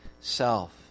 self